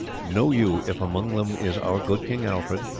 know you if among them is our good king alfred?